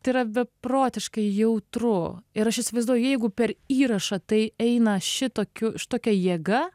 tai yra beprotiškai jautru ir aš įsivaizduoju jeigu per įrašą tai eina šitokiu šitokia jėga